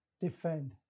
defend